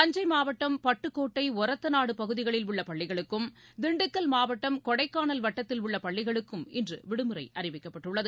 தஞ்சை மாவட்டம் பட்டுக்கோட்டை ஒரத்தநாடு பகுதிகளில் உள்ள பள்ளிகளுக்கும் திண்டுக்கல் கொடைக்கானல் வட்டத்தில் உள்ள பள்ளிகளுக்கும் மாவட்டம் இன்று விடுமுறை அறிவிக்கப்பட்டுள்ளது